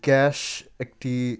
gas একটি